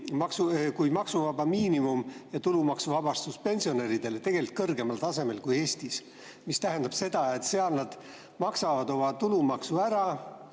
– maksuvaba miinimum ja tulumaksuvabastus pensionäridele kõrgemal tasemel kui Eestis. See tähendab seda, et seal nad maksavad oma tulumaksu ära,